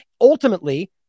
Ultimately